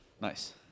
nice